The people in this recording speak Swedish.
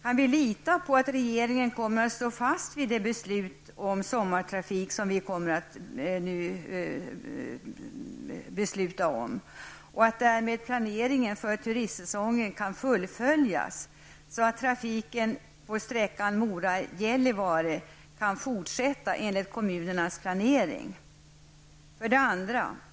Kan vi lita på att regeringen kommer att stå fast vid det beslut om sommartrafik som vi kommer att fatta, och att planeringen för turistsäsongen därmed kan fullföljas, så att trafiken på sträckan Mora--Gällivare kan fortsätta enligt kommunernas planering? 2.